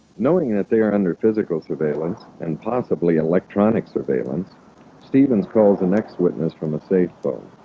knowing that they're under physical surveillance and possibly and electronic surveillance stevens calls the next witness from a safe phone